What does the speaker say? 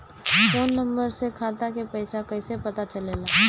Phone number से खाता के पइसा कईसे पता चलेला?